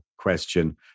question